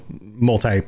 multi